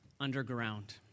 underground